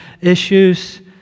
issues